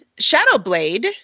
Shadowblade